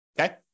okay